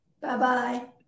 Bye-bye